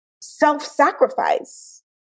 self-sacrifice